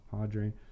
Padre